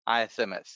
isms